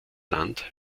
land